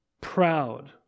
proud